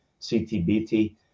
CTBT